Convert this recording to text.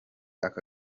aka